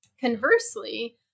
conversely